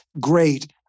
great